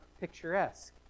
picturesque